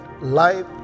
Life